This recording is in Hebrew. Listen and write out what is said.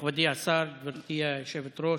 מכובדי השר, גברתי היושבת-ראש,